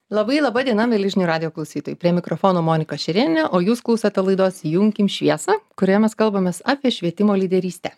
labai laba diena mieli žinių radijo klausytojai prie mikrofono monika šerėnienė o jūs klaustote laidos įjunkim šviesą kurioje mes kalbamės apie švietimo lyderystę